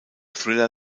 thriller